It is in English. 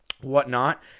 whatnot